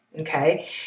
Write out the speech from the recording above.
okay